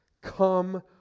come